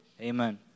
amen